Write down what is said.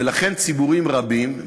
ולכן ציבורים רבים,